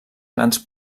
grans